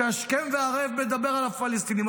שהשכם והערב מדבר על הפלסטינים,